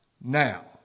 now